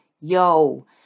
yo